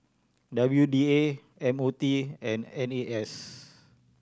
W D A M O T and N A S